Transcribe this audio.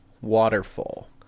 waterfall